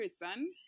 person